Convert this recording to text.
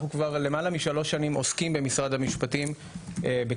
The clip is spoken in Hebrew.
אנחנו כבר למעלה מ-3 שנים עוסקים במשרד המשפטים בכלל